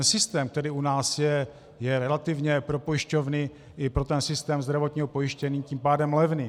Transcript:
Systém, který u nás je, je relativně pro pojišťovny i pro systém zdravotního pojištění tím pádem levný.